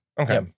Okay